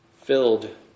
filled